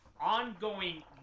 ongoing